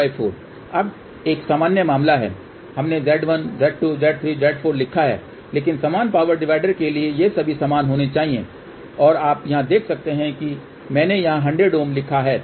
अब यह एक सामान्य मामला है हमने Z1 Z2 Z3 Z4 लिखा है लेकिन समान पावर डिवाइडर के लिए ये सभी समान होने चाहिए और आप यहां देख सकते हैं कि मैंने यहां 100 Ω लिखा है